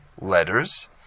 letters